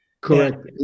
Correct